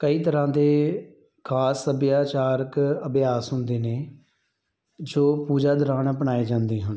ਕਈ ਤਰ੍ਹਾਂ ਦੇ ਖਾਸ ਸੱਭਿਆਚਾਰਕ ਅਭਿਆਸ ਹੁੰਦੇ ਨੇ ਜੋ ਪੂਜਾ ਦੌਰਾਨ ਅਪਣਾਏ ਜਾਂਦੇ ਹਨ